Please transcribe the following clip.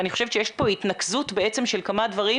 ואני חושבת שיש פה התנקזות של כמה דברים